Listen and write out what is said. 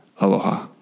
Aloha